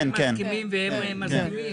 אתם מסכימים והם מסכימים?